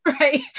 Right